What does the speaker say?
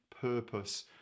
purpose